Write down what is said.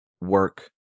work